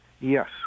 Yes